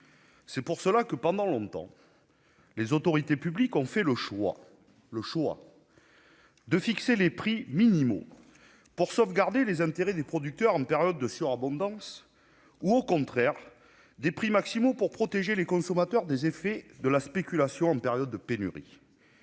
C'est pourquoi, pendant longtemps, les autorités publiques ont fait le choix- j'y insiste -de fixer des prix minimaux pour sauvegarder les intérêts des producteurs en période de surabondance ou, au contraire, des prix maximaux pour protéger les consommateurs des effets de la spéculation en période de pénurie.